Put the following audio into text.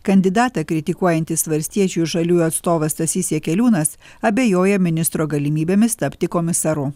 kandidatą kritikuojantis valstiečių ir žaliųjų atstovas stasys jakeliūnas abejoja ministro galimybėmis tapti komisaru